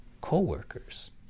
co-workers